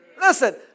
Listen